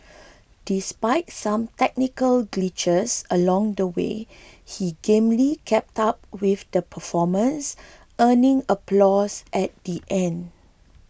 despite some technical glitches along the way he gamely kept up with the performance earning applause at the end